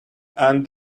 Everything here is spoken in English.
and